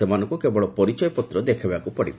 ସେମାନଙ୍କୁ କେବଳ ପରିଚୟପତ୍ର ଦେଖାଇବାକୁ ହେବ